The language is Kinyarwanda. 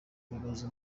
yibaza